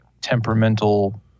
temperamental